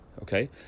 Okay